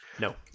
No